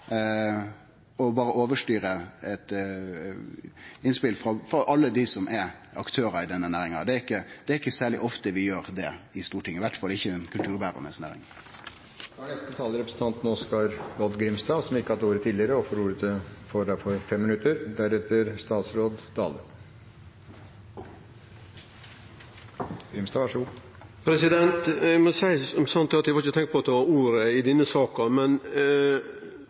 vi berre køyrer på og overstyrer eit innspel frå alle dei som er aktørar i denne næringa. Det er ikkje særleg ofte vi gjer det i Stortinget, iallfall ikkje med ei kulturberande næring. Representanten Oskar J. Grimstad har ikke hatt ordet tidligere i debatten og får derfor en taletid på 5 minutter. Eg må seie som sant er, at eg ikkje hadde tenkt å ta ordet, men Sosialistisk Venstreparti si haldning og argumentasjon i denne saka